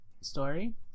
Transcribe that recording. story